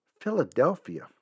Philadelphia